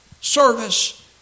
service